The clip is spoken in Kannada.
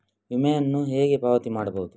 ವಿಮೆಯನ್ನು ಹೇಗೆ ಪಾವತಿ ಮಾಡಬಹುದು?